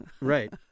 right